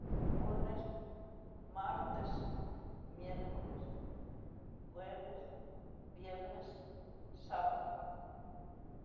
Lunes, martes, miescoles, jueves, viernes, sabado.